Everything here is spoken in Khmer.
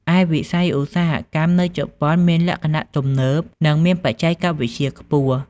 ឯវិស័យឧស្សាហកម្មនៅជប៉ុនមានលក្ខណៈទំនើប និងមានបច្ចេកវិទ្យាខ្ពស់ ។